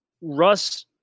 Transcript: Russ